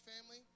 family